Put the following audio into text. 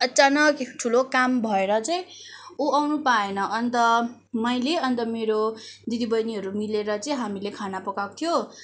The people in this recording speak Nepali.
अचानक ठुलो काम भएर चाहिँ ऊ आउनु पाएन अन्त मैले अन्त मेरो दिदीबहिनीहरू मिलेर चाहिँ हामीले खाना पकाएको थियो